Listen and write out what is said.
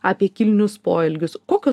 apie kilnius poelgius kokio